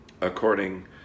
according